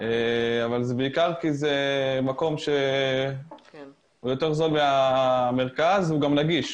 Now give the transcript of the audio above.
אבל זה בעיקר כי זה מקום שהוא יותר זול מה מרכז והוא גם נגיש,